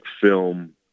film